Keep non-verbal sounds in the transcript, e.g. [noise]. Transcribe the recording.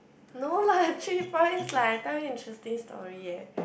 no lah [laughs] three points lah I tell you interesting story eh